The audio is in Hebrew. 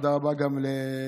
תודה רבה גם לצביקה,